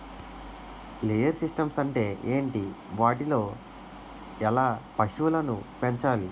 Layer systems అంటే ఏంటి? వాటిలో ఎలా పశువులను పెంచాలి?